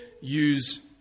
use